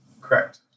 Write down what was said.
Correct